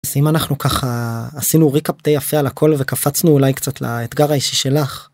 אם אנחנו ככה עשינו ריקפ די יפה על הכל וקפצנו אולי קצת לאתגר האישי שלך.